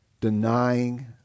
denying